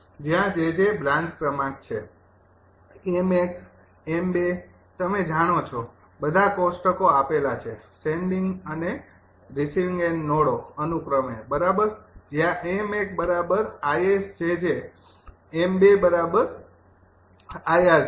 જ્યાં 𝑗𝑗 બ્રાન્ચ ક્રમાંક છે 𝑚૧ 𝑚૨ તમે જાણો છો બધા કોષ્ટકો આપેલા છે સેંડિંગ અને રિસીવિંગ એન્ડ નોડો અનુક્રમે બરાબર જ્યાં 𝑚૧ 𝐼𝑆𝑗𝑗 𝑚૨ 𝐼𝑅 𝑗𝑗